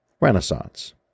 Renaissance